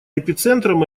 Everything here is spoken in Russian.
эпицентром